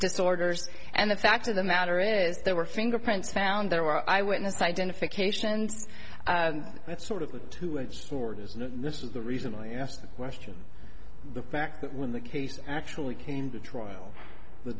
disorders and the fact of the matter is there were fingerprints found there were eyewitness identification and that sort of a two edged sword is not this is the reason i asked the question the fact that when the case actually came to trial the